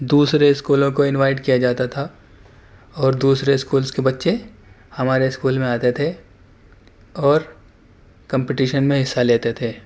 دوسرے اسکولوں کو انوائٹ کیا جاتا تھا اور دوسرے اسکولس کے بچے ہمارے اسکول میں آتے تھے اور کمپٹیشن میں حصہ لیتے تھے